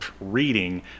reading